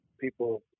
people